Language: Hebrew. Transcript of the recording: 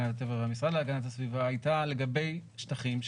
להגנת הטבע והמשרד להגנת הסביבה הייתה לגבי שטחים,